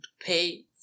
pay